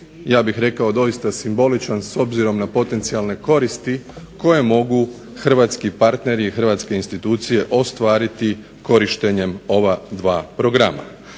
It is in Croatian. ja bih rekao doista simboličan s obzirom na potencijalne koristi koje mogu hrvatski partneri i hrvatske institucije ostvariti korištenjem ova dva programa.